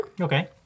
Okay